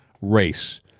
race